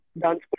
dance